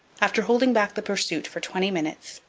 after holding back the pursuit for twenty minutes,